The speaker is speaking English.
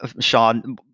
Sean